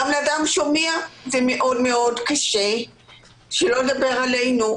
גם לאדם שומע זה מאוד קשה שלא לדבר עלינו,